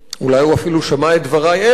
אולי הוא אפילו שמע את דברי אלה,